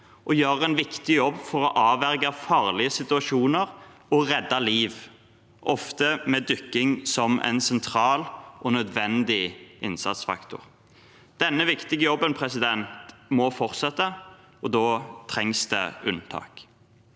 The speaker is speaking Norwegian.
og gjør en viktig jobb for å avverge farlige situasjoner og redde liv, ofte med dykking som en sentral og nødvendig innsatsfaktor. Denne viktige jobben må fortsette, og da trengs det unntak.